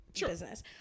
business